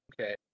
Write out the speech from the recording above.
Okay